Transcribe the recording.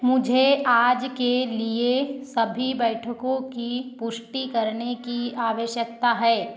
मुझे आज के लिए सभी बैठकों की पुष्टि करने की आवश्यकता है